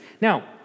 Now